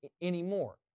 anymore